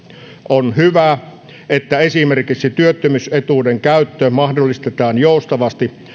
on hyvä että esimerkiksi työttömyysetuuden käyttö mahdollistetaan joustavasti